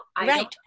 right